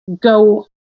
go